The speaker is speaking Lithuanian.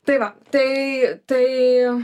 tai va tai tai